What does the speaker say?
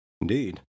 Indeed